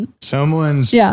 Someone's